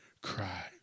Cry